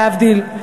להבדיל,